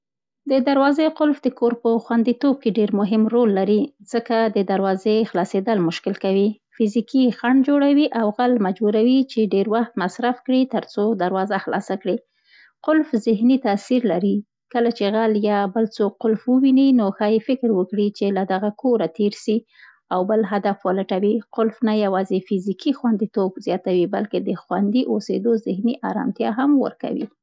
د دروازې قلف د کور په خونديتوب کې ډېر مهم رول لري، ځکه قلف د دروازې خلاصېدل مشکل کوي، فزيکي خنډ جوړوي او غل مجبوروي، چي ډېر وخت مصرف کړي تر څو دروازه خلاصه کړي. قلف ذهني تاثیر لري، کله چي غل یا بل څوک قلف ویني، نو ښایي فکر وکړي، چي، له دغه کوره تېر سي او بل هدف ولټوي. قلف نه یواځې فزيکي خوندیتوب زیاتوي، بلکې د خوندي اوسېدو ذهني ارامتیا هم ورکوي.